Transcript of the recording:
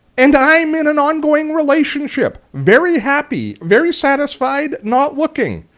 and i'm in an ongoing relationship, very happy, very satisfied, not looking.